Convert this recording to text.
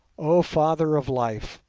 oh father of life!